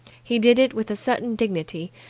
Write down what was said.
he did it with a certain dignity,